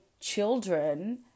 children